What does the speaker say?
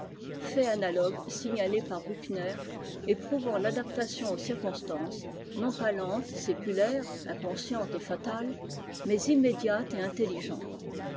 analogue signalé par bûchner et prouvant tadaptation aux circonstances non pas lente séculaire inconste et fatale mais immédiate et intelligente